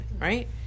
right